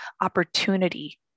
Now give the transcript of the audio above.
opportunity